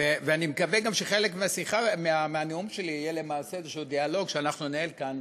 ואני מקווה גם שחלק מהנאום שלי יהיה למעשה דיאלוג כלשהו שאנחנו ננהל כאן